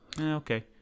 Okay